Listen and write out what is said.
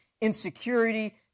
insecurity